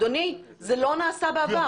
אדוני, זה לא נעשה בעבר.